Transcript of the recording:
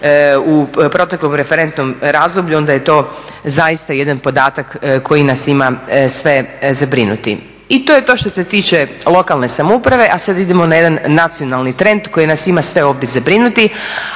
u proteklom referentnom razdoblju, onda je to zaista jedan podatak koji nas ima sve zabrinuti. I to je to što se tiče lokalne samouprave. A sad idem ona jedan nacionalni trend koji nas ima sve ovdje zabrinuti